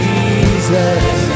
Jesus